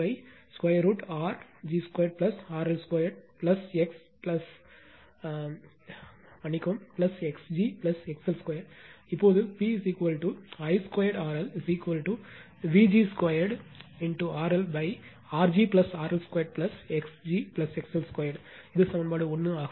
IVg√R g 2 RL 2 x g XL 2 இப்போது P P I 2 RLVg 2 RL R g RL 2 x g XL 2 இது சமன்பாடு 1 ஆகும்